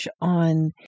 on